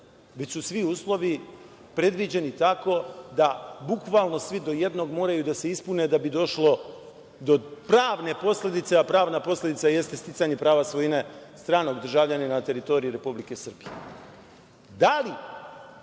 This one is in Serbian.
već su svi uslovi predviđeni tako da bukvalno svi do jednog moraju da se ispune da bi došlo do pravne posledice, a pravna posledica jeste sticanje prava svojine stranog državljanina na teritoriji Republike Srbije. Da